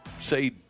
say